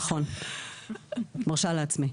נכון, מרשה לעצמי.